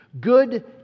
good